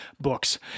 books